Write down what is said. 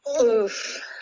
Oof